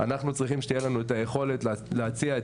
אנחנו צריכים שתהיה לנו היכולת להציע את